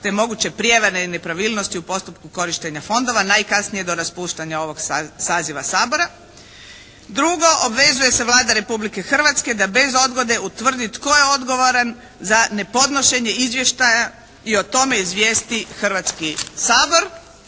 te moguće prijevare i nepravilnosti u postupku korištenja fondova najkasnije do raspuštanja ovog saziva Sabora. Drugo. Obvezuje se Vlada Republike Hrvatske da bez odgode utvrdi tko je odgovoran za nepodnošenje izvještaja i o tome izvijesti Hrvatski sabor.